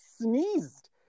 sneezed